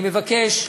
אני מבקש,